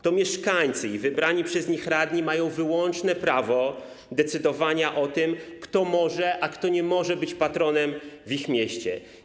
To mieszkańcy i wybrani przez nich radni mają wyłączne prawo decydowania o tym, kto może, a kto nie może być patronem w ich mieście.